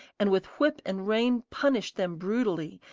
and with whip and rein punished them brutally,